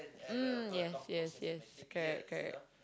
mm yes yes yes correct correct